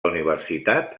universitat